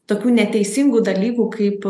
tokių neteisingų dalykų kaip